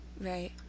Right